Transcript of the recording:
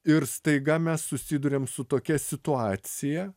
ir staiga mes susiduriam su tokia situacija